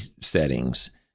settings